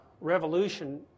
revolution